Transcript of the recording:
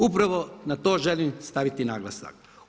Upravo na to želim staviti naglasak.